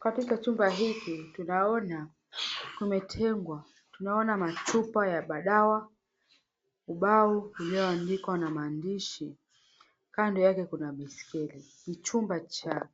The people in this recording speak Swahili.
Katika chumba hiki tunaona kumetengwa. Tunaona machupa ya madawa, ubao ulioandikwa na maandishi. Kando yake kuna baiskeli. Ni chumba cha